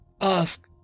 ask